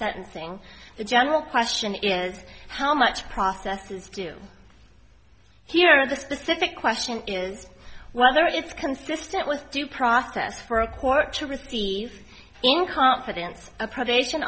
sentencing the general question is how much process is due here of the specific question is whether it's consistent with due process for a court to receive in confidence a probation